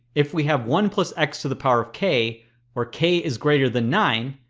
if we have one plus x to the power of k where k is greater than nine.